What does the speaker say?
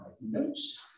notes